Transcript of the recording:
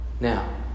Now